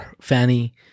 Fanny